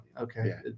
Okay